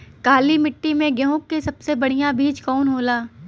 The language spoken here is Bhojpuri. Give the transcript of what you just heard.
काली मिट्टी में गेहूँक सबसे बढ़िया बीज कवन होला?